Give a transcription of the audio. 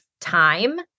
time